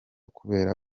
kubera